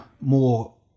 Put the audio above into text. more